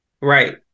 Right